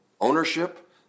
ownership